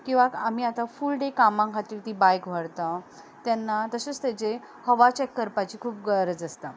किंवां आमी आतां फूल डे कामा खातीर ती बायक व्हरता तेन्ना तशेंच ताजें हवा चॅक करपाची खूब गरज आसता